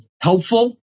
helpful